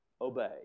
Obey